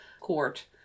court